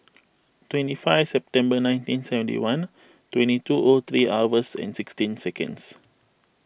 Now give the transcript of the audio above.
twenty five September nineteen seventy one twenty two O three hours and sixteen seconds